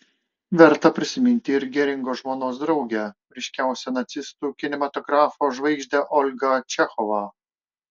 verta prisiminti ir geringo žmonos draugę ryškiausią nacistų kinematografo žvaigždę olgą čechovą